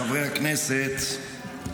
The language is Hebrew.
חברי הכנסת,